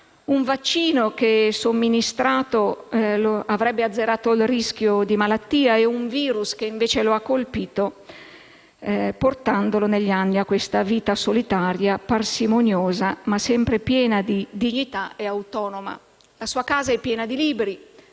un vaccino che, somministrato, avrebbe azzerato il rischio di malattia e un *virus* che lo ha colpito, portandolo a questa vita solitaria, parsimoniosa, ma sempre piena di dignità e autonoma. La sua casa è piena di libri,